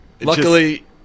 luckily